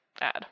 add